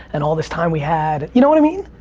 and all this time we had. you know what i mean?